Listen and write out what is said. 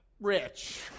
rich